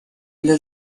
для